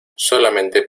solamente